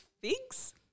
figs